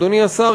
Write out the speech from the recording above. אדוני השר,